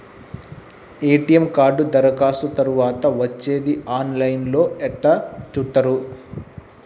ATM card దరఖాస్తు తరువాత వచ్చేది ఆన్ లైన్ లో ఎట్ల చూత్తరు?